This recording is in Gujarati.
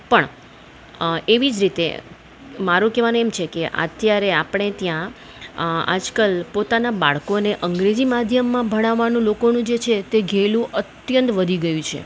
પણ એવી જ રીતે મારું કહેવાનું એમ છે કે અત્યારે આપણે ત્યાં આજકાલ પોતાના બાળકોને અંગ્રેજી માધ્યમમાં ભણાવવાનું લોકોનું જે છે તે ઘેલું અત્યંત વધી ગયું છે